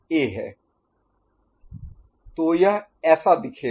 SA S1'S0'QA S1'S0SRSER S1S0'QB S1S0A तो यह ऐसा दिखेगा